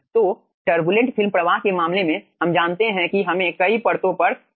तो turbulent film प्रवाह के मामले में हम जानते हैं कि हमें कई परतों पर विचार करना होगा